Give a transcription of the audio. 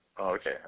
Okay